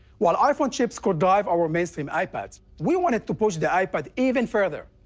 while iphone chips could drive our mainstream ipads, we wanted to push the ipad even further.